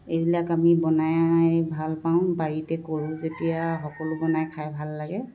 এইবিলাক আমি বনাই ভাল পাওঁ বাৰীতে কৰোঁ যেতিয়া সকলো বনাই খাই ভাল লাগে